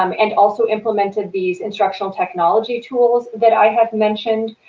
um and also implemented these instructional technology tools that i have mentioned.